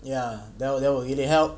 ya that would that would really help